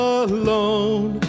alone